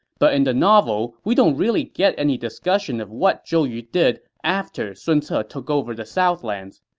but in the novel, we don't really get any discussion of what zhou yu did after sun ce ah took over the southlands.